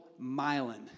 myelin